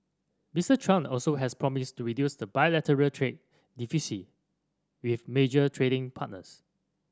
Mister Trump also has promised to reduce bilateral trade deficits with major trading partners